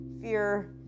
fear